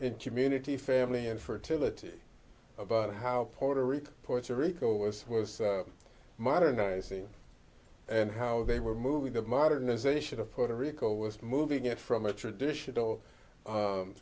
and community family infertility about how puerto rico puerto rico was was modernizing and how they were moving the modernization of puerto rico was moving it from a traditional